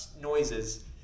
noises